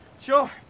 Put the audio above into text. Sure